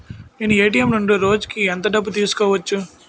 నేను ఎ.టి.ఎం నుండి రోజుకు ఎంత డబ్బు తీసుకోవచ్చు?